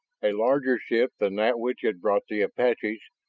a larger ship than that which had brought the apaches,